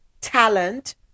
talent